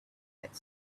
had